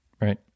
right